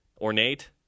ornate